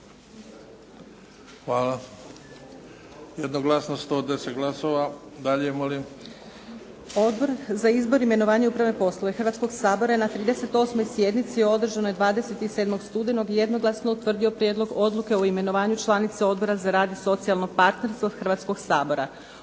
Hvala. Jednoglasno sa 110 glasova. Idemo dalje. **Majdenić, Nevenka (HDZ)** Odbor za izbor, imenovanja i upravne poslove Hrvatskoga sabora je na 38. sjednici održanoj 27. studenoga jednoglasno utvrdio Prijedlog odluke o imenovanju članice Odbora za rad i socijalno partnerstvo Hrvatskoga sabora.